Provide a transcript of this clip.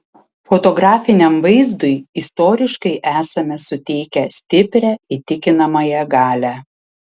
fotografiniam vaizdui istoriškai esame suteikę stiprią įtikinamąją galią